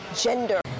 Gender